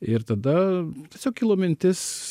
ir tada tiesiog kilo mintis